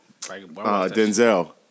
Denzel